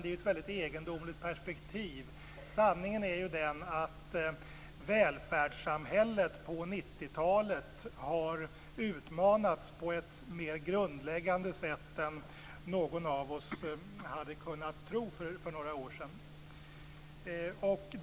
Det är ett väldigt egendomligt perspektiv. Sanningen är den att välfärdssamhället på 90-talet har utmanats på ett mer grundläggande sätt än någon av oss hade kunnat tro för några år sedan.